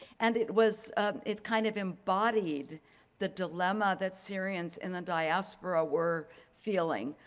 and it was it kind of embodied the dilemma that syrians in the diaspora were feeling.